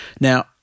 Now